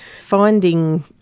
finding